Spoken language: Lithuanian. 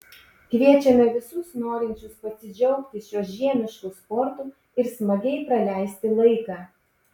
kviečiame visus norinčius pasidžiaugti šiuo žiemišku sportu ir smagiai praleisti laiką